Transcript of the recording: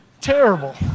Terrible